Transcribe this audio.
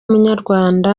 munyarwanda